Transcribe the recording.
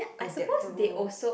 adaptable